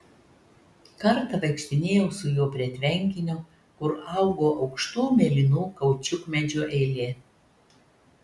kartą vaikštinėjau su juo prie tvenkinio kur augo aukštų mėlynų kaučiukmedžių eilė